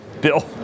Bill